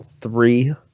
three